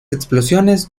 explosiones